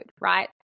Right